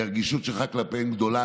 כי הרגישות שלך כלפיהם גדולה,